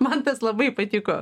man tas labai patiko